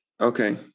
Okay